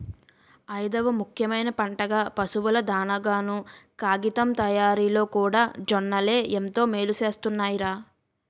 ఐదవ ముఖ్యమైన పంటగా, పశువుల దానాగాను, కాగితం తయారిలోకూడా జొన్నలే ఎంతో మేలుసేస్తున్నాయ్ రా